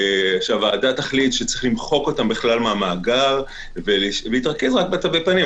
שהוועדה תחליט שצריך למחוק אותן בכלל מהמאגר ולהתרכז רק בתווי הפנים.